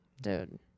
Dude